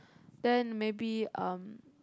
then maybe um